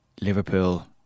Liverpool